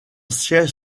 siège